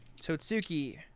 Totsuki